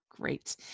Great